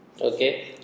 okay